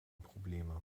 probleme